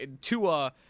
Tua